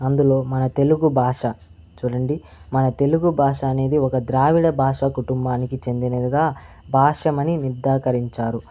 అందులో మన తెలుగు భాష చూడండి మన తెలుగు భాష అనేది ఒక ద్రావిడ భాష కుటుంబానికి చెందినదిగా భాషమని నిర్దాకరించారు